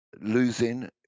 losing